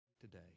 today